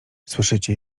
słyszycie